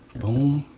boom.